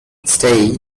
stay